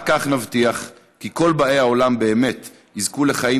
רק כך נבטיח כי כל באי העולם באמת יזכו לחיים